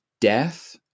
death